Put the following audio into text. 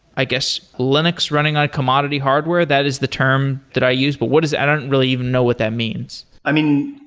i guess, linux running on commodity hardware. that is the term that i use. but what is it? i don't really even know what that means. i mean,